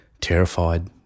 terrified